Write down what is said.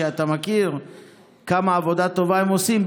שאתה יודע כמה עבודה טובה הם עושים,